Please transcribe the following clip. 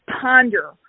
ponder